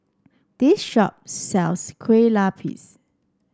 this shop sells Kueh Lupis